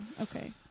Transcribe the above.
Okay